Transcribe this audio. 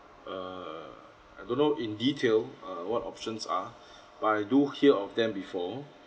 err I don't know in detail uh what options are but I do hear of them before